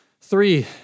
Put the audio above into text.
Three